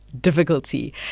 difficulty